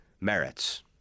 merits